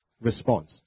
response